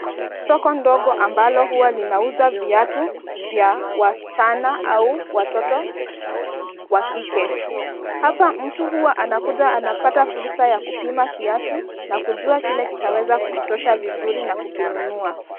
Soko ndogo ambalo huwa linauza viatu vya wasichana au watoto wa kike. Hapa mtu huwa anakuja anapata fursa ya kupima kiatu na kujua kile kitaweza kumtosha vizuri na kukinunua.